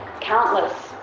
countless